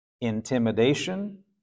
intimidation